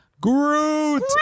Groot